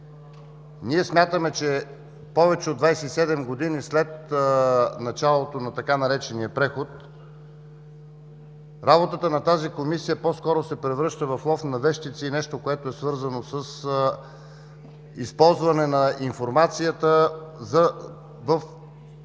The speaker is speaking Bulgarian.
Ние считаме, че повече от 27 години след началото на тъй наречения „преход“ работата на тази Комисия по-скоро се превръща в лов на вещици или нещо, което е свързано с използване на информацията в рамките